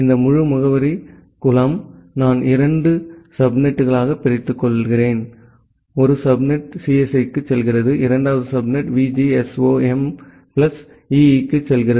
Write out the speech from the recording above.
இந்த முழு முகவரிபூல் நான் இரண்டு சப்நெட்டுகளாக பிரித்துள்ளேன் ஒரு சப்நெட் சிஎஸ்இக்கு செல்கிறது இரண்டாவது சப்நெட் விஜிஎஸ்ஓஎம் பிளஸ் இஇக்கு செல்கிறது